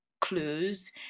clues